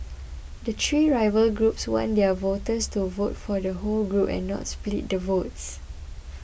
the three rival groups want their voters to vote for the whole group and not split the votes